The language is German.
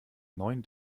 neuen